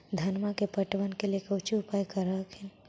धनमा के पटबन के लिये कौची उपाय कर हखिन?